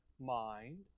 mind